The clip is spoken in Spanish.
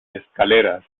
escaleras